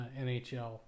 nhl